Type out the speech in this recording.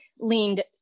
leaned